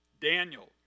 Daniel